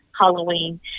Halloween